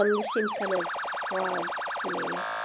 um this seems kind of broad to me.